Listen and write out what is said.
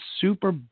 super